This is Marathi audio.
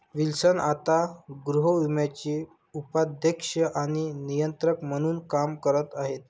विल्सन आता गृहविम्याचे उपाध्यक्ष आणि नियंत्रक म्हणून काम करत आहेत